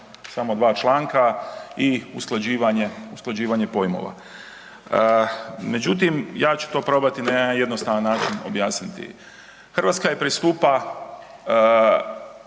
samo 2 članka i usklađivanje pojmova. Međutim, ja ću to probati na jednostavan način objasniti. Hrvatska je pristupa